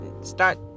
start